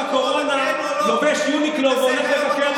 לובש יוניקלו והולך לבקר,